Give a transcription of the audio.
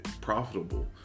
Profitable